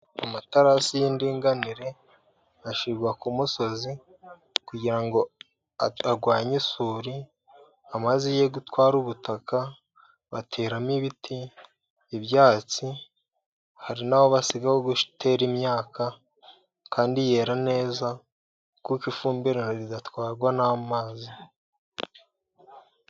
Amatarasi y'indinganire ashyirwa ku musozi, kugira ngo arwanye isuri, amazi ye gutwara ubutaka. Bateramo ibiti, ibyatsi hari n'aho basiga aho gutera imyaka, kandi yera neza, kuko ifumbire zidatwarwa n'amazi.